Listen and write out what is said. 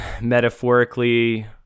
metaphorically